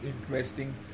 interesting